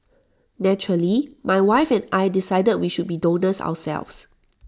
naturally my wife and I decided we should be donors ourselves